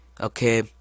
Okay